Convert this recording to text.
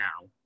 now